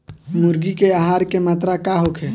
मुर्गी के आहार के मात्रा का होखे?